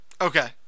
Okay